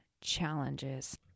challenges